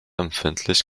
empfindlich